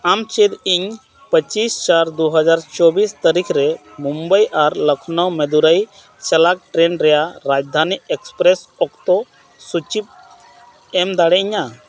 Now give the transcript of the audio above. ᱟᱢ ᱪᱮᱫ ᱤᱧ ᱯᱚᱸᱪᱤᱥ ᱪᱟᱨ ᱫᱩ ᱦᱟᱡᱟᱨ ᱪᱚᱵᱽᱵᱤᱥ ᱛᱟᱹᱨᱤᱠᱷ ᱨᱮ ᱢᱩᱢᱵᱟᱭ ᱟᱨ ᱞᱚᱠᱷᱱᱳ ᱢᱚᱫᱷᱩᱨᱟᱭ ᱪᱟᱞᱟᱜ ᱴᱨᱮᱹᱱ ᱨᱮᱭᱟᱜ ᱨᱟᱡᱽᱫᱷᱟᱱᱤ ᱮᱠᱥᱯᱨᱮᱹᱥ ᱚᱠᱛᱚ ᱥᱩᱪᱤ ᱮᱢ ᱫᱟᱲᱮᱭᱤᱧᱟ